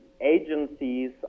agencies